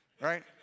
right